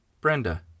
Brenda